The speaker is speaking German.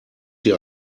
sie